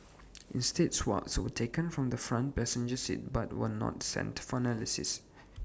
instead swabs were taken from the front passenger seat but were not sent for analysis